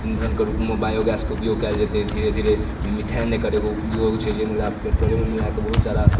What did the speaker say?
इन्धनके रूपमे बायोगैसके उपयोग कएल जेतै धीरे धीरे ई मिथेन एकर एगो उपयोग छै जाहिमे आब पेट्रोलमे मिलाकऽ बहुत सारा